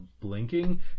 blinking